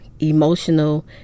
emotional